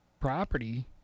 property